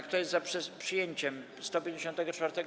Kto jest za przyjęciem 154.